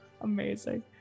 Amazing